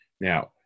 Now